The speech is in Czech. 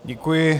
Děkuji.